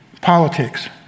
politics